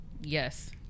Yes